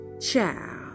Ciao